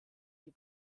die